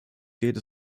geht